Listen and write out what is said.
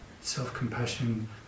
self-compassion